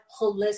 holistic